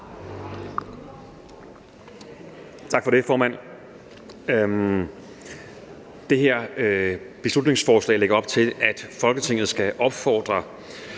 Tak for det, formand. Det her beslutningsforslag lægger op til, at Folketinget skal opfordre